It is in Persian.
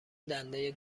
دنده